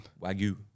Wagyu